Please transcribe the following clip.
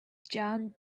jon